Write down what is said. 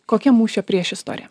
kokia mūšio priešistorė